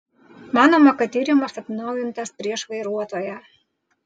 manoma kad tyrimas atnaujintas prieš vairuotoją